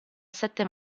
sette